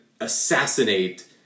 assassinate